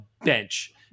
bench